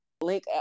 Link